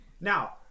Now